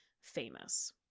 famous